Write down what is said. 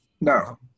No